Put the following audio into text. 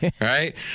right